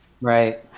Right